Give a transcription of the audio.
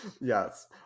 Yes